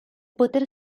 poter